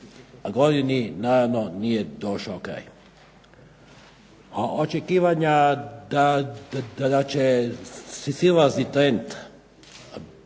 godini naravno nije došao kraj. Očekivanja da će silazni trend